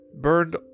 burned